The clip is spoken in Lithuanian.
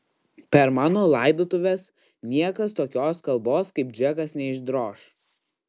per mano laidotuves niekas tokios kalbos kaip džekas neišdroš